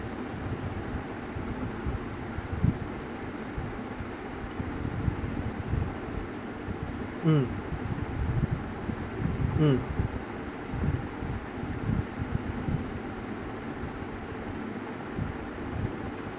mm mm